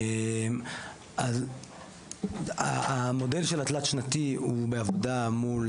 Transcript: אז המודל של התלת-שנתי הוא בעבודה מול